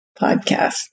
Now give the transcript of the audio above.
podcast